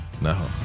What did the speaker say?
No